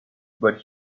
but